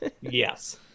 yes